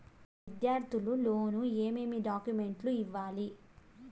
విద్యార్థులు లోను ఏమేమి డాక్యుమెంట్లు ఇవ్వాలి?